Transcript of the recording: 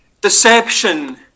deception